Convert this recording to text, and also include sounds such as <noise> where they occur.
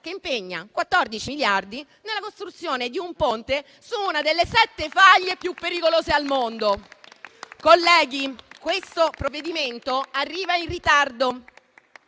che impegna 14 miliardi nella costruzione di un ponte su una delle sette faglie più pericolose al mondo. <applause> Colleghi, questo provvedimento arriva in ritardo